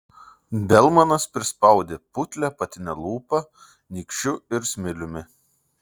belmanas prispaudė putlią apatinę lūpą nykščiu ir smiliumi